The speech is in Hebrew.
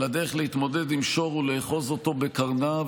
אבל הדרך להתמודד עם השור היא לאחוז אותו בקרניו,